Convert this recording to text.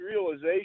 realization